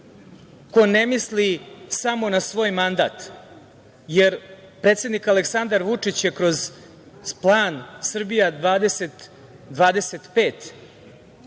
ko ne misli samo na svoj mandat, jer predsednik Aleksandar Vučić je kroz plan „Srbija 2025“